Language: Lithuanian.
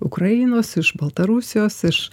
ukrainos iš baltarusijos iš